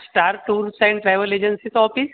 star tours and travel एजन्सीचं office